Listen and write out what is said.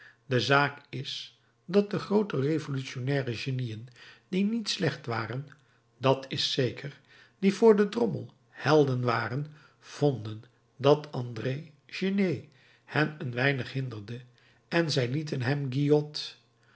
de zaak is dat de groote revolutionnaire genieën die niet slecht waren dat is zeker die voor den drommel helden waren vonden dat andré chénier hen een weinig hinderde en zij lieten hem